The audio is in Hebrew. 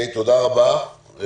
תודה רבה.